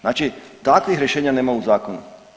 Znači takvih rješenja nema u zakonu.